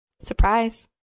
surprise